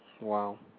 Wow